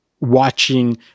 Watching